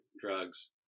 drugs